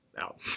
out